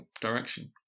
direction